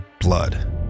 blood